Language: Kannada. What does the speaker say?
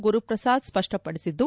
ಗುರುಪ್ರಸಾದ್ ಸ್ವಪ್ನಡಿಸಿದ್ದು